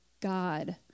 God